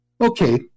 Okay